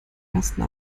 ersten